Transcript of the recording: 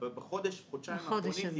בחודש-חודשיים האחרונים,